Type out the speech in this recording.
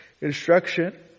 instruction